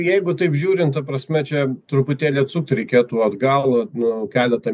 jeigu taip žiūrint ta prasme čia truputėlį atsukti reitkų atgal nu keletą